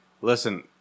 listen